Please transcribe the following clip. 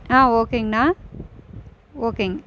ஓகேங்கணா ஓகேங்க